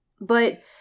But-